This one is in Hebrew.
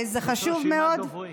יש רשימת דוברים.